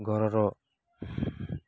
ଘରର